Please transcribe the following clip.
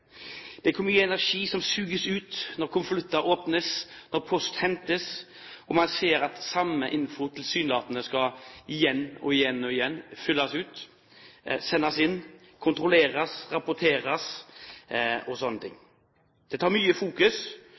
hvor mye energi som suges ut når konvolutter åpnes, når post hentes og man ser at det skal fylles ut med samme info igjen og igjen og igjen, sendes inn, kontrolleres, rapporteres osv. Det tar mye